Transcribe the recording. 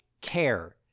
care